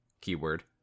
keyword